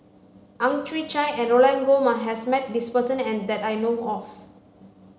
Ang Chwee Chai and Roland Goh has met this person that I know of